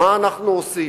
מה אנחנו עושים.